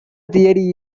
theory